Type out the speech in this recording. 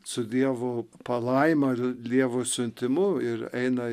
su dievo palaima ir dievo siuntimu ir eina